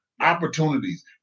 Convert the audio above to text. opportunities